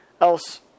else